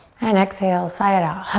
and exhale, sigh it out.